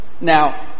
Now